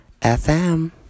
FM